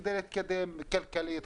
כדי להתקדם כלכלית,